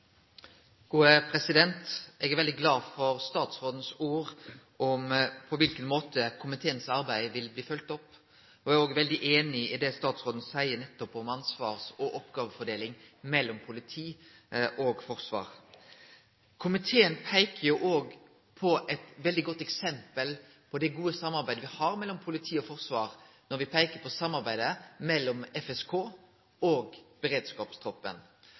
Eg er veldig glad for statsrådens ord om måten komiteens arbeid vil bli følgt opp på. Eg er òg veldig einig i det statsråden seier nettopp om ansvars- og oppgåvefordelinga mellom politiet og Forsvaret. Komiteen peiker òg på eit veldig godt eksempel på det gode samarbeidet me har mellom politi og forsvar, når me peiker på samarbeidet mellom FSK og beredskapstroppen.